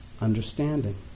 understanding